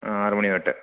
ആറ് മണി തൊട്ട്